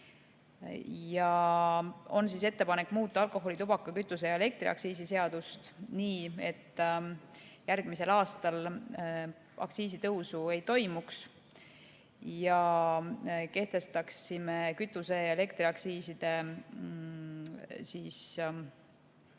Ettepanek on muuta alkoholi‑, tubaka‑, kütuse‑ ja elektriaktsiisi seadust nii, et järgmisel aastal aktsiisitõusu ei toimuks. Me kehtestaksime kütuse‑ ja elektriaktsiiside puhul